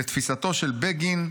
לתפיסתו של בגין,